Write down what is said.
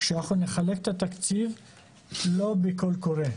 שאנחנו נחלק את התקציב שלא בקול קורא.